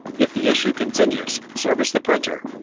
if the issue continues, service the printer.